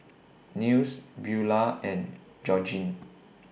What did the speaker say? Nils Beula and Georgene